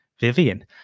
Vivian